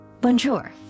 Bonjour